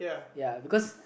ya because